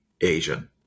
Asian